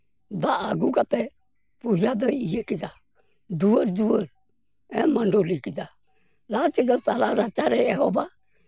ᱫᱟᱜ ᱟᱹᱜᱩ ᱠᱟᱛᱮ ᱯᱩᱡᱟ ᱫᱚᱭ ᱤᱭᱟᱹ ᱠᱮᱫᱟ ᱫᱩᱣᱟᱹᱨ ᱫᱩᱣᱟᱹᱨ ᱢᱟᱰᱳᱞᱤ ᱠᱮᱫᱟ ᱞᱟᱦᱟ ᱮᱫᱚ ᱛᱟᱞᱟ ᱨᱟᱪᱟᱨᱮ ᱮᱦᱚᱵᱟ